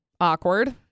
Awkward